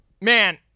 Man